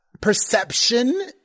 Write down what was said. perception